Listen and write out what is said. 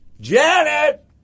Janet